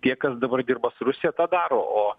tie kas dabar dirba su rusija tą daro o